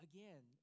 Again